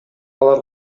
алар